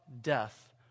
death